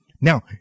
Now